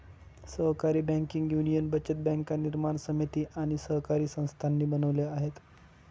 सहकारी banking union बचत बँका निर्माण समिती आणि सहकारी संस्थांनी बनवल्या आहेत